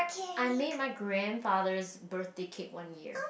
I made my grandfathers birthday cake one year